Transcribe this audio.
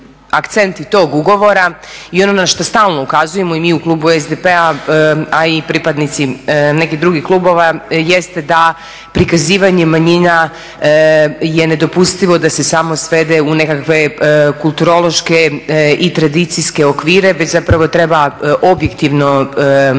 i ono na što stalno ukazujemo i mi u klubu SDP-a a i pripadnici nekih drugih klubova jeste da prikazivanje manjina je nedopustivo da se samo svede u nekakve kulturološke i tradicijske okvire već zapravo treba objektivno informirati